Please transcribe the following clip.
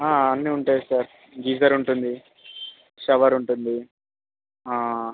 అన్ని ఉంటాయి sir geyser ఉంటుంది షవర్ ఉంటుంది